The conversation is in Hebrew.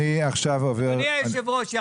אדוני היושב-ראש,